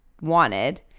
wanted